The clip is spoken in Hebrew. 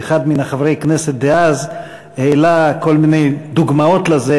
ואחד מחברי הכנסת דאז העלה כל מיני דוגמאות לזה.